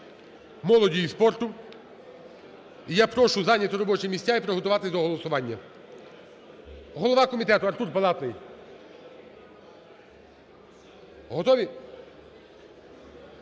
молоді і спорту. І я прошу зайняти робочі місця і приготуватись до голосування. Голова комітету – Артур Палатний, готові?